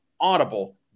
audible